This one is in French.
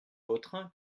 vautrin